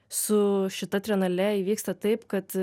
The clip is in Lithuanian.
su šita trienale įvyksta taip kad